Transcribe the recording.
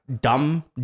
dumb